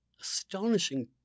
astonishing